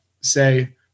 say